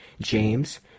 james